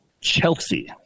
Chelsea